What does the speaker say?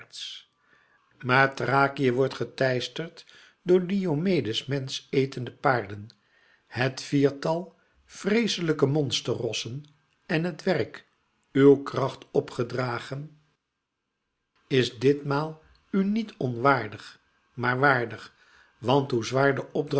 maar thrakië wordt geteisterd door diomedes mensch etende paarden het viertal vreeslijke monsterrossen en het werk uw kracht op gedragen is dit maal u niet onwaardig maar waardig want hoe zwaar de